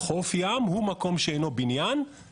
חוף ים הוא מקום שאינו בניין,